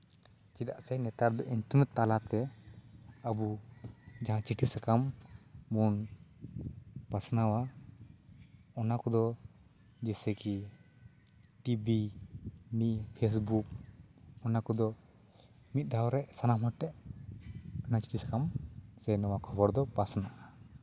ᱪᱮᱫᱟᱜ ᱥᱮ ᱱᱮᱛᱟᱨ ᱫᱚ ᱤᱱᱴᱟᱨᱱᱮᱴ ᱛᱟᱞᱟᱛᱮ ᱟᱵᱚ ᱡᱟᱦᱟᱸ ᱪᱤᱴᱷᱤ ᱥᱟᱠᱟᱢ ᱵᱚᱱ ᱯᱟᱥᱱᱟᱣᱟ ᱚᱱᱟ ᱠᱚᱫᱚ ᱡᱮᱭᱥᱮ ᱠᱤ ᱴᱤᱵᱷᱤ ᱯᱷᱮᱥᱵᱩᱠ ᱚᱱᱟ ᱠᱚᱫᱚ ᱢᱤᱫᱫᱷᱟᱣ ᱨᱮ ᱥᱟᱱᱟᱢ ᱦᱚᱲ ᱠᱚᱴᱷᱮ ᱚᱱᱟ ᱪᱤᱴᱷᱤ ᱥᱟᱠᱟᱢ ᱡᱮ ᱱᱚᱣᱟ ᱠᱷᱚᱵᱚᱨ ᱫᱚ ᱯᱟᱥᱱᱟᱜᱼᱟ